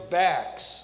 backs